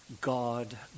God